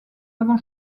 avons